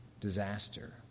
disaster